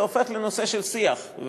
זה הופך לנושא של שיח,